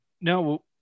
No